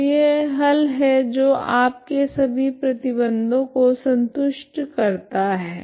तो यह हल है जो आपके सभी प्रतिबंधों को संतुष्ट करता है